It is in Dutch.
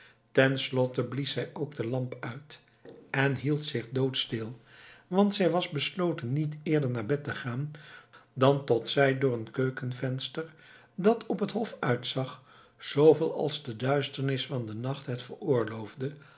slotte blies zij ook de lamp uit en hield zich doodstil want zij was besloten niet eerder naar bed te gaan dan tot zij door een keukenvenster dat op den hof uitzag zooveel als de duisternis van den nacht het veroorloofde